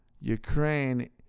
Ukraine